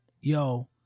yo